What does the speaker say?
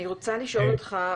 אני רוצה לשאול אותך,